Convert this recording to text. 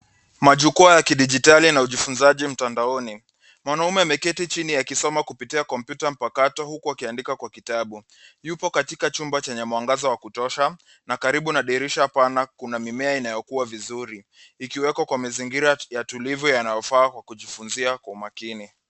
Majukwaa ya kidijitali na ujifuzaji mtandaoni. Mwanaume ameketi chini akisoma kupitia kompyuta mpakato uku akiandika kwa kitabu. Yupo katika chumba chenye mwangaza wa kutosha na karibu na dirisha pana kuna mimea inayokua vizuri ikiweko kwa mazingira tulivu yanayofaa kwa kujifuzia kwa umakini.